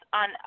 on